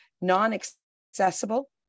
non-accessible